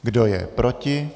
Kdo je proti?